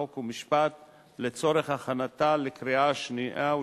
חוק ומשפט לצורך הכנתה לקריאה שנייה ושלישית.